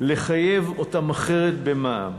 לחייב אותם אחרת במע"מ,